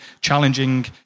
challenging